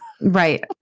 Right